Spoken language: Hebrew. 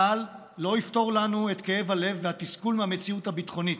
צה"ל לא יפתור לנו את כאב הלב והתסכול מהמציאות הביטחונית.